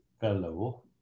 fellow